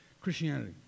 Christianity